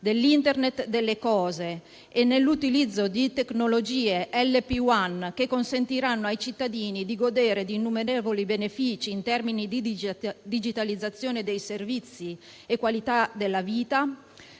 dell'Internet delle cose e nell'utilizzo di tecnologie LPWAN, che consentiranno ai cittadini di godere di innumerevoli benefici in termini di digitalizzazione dei servizi e di qualità della vita,